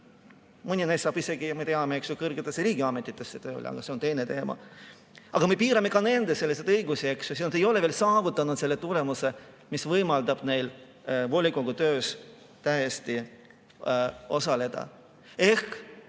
Mõni neist saab isegi, me teame, kõrgesse riigiametisse tööle. Aga see on teine teema. Samas me piirame ka nende õigusi, eks ju, sest nad ei ole veel saavutanud seda tulemust, mis võimaldaks neil volikogu töös täiesti osaleda. Ehk